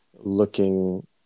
looking